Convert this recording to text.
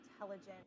intelligent